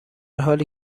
حالی